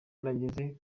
nageze